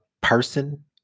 person